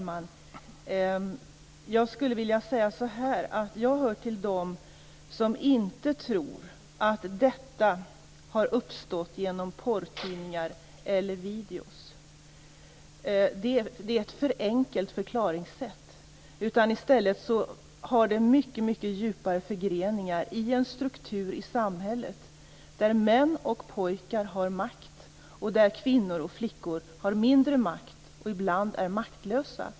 Herr talman! Jag hör till dem som inte tror att detta har uppstått genom porrtidningar eller videofilmer. Det förklaringssättet är för enkelt. I stället har detta mycket djupare förgreningar i en struktur i samhället där män och pojkar har makt medan kvinnor och flickor har mindre makt eller ibland är maktlösa.